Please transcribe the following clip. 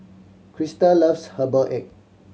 Christa loves herbal egg